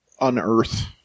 unearth